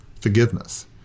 forgiveness